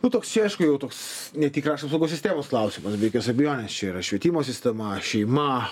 nu toks aišku jau toks netikras apsaugos sistemos klausimas be jokios abejonės čia yra švietimo sistema šeima